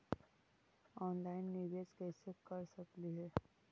Online निबेस कैसे कर सकली हे?